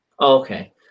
Okay